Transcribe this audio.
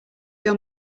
your